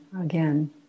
again